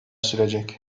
sürecek